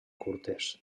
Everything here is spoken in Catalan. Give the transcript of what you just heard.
curtes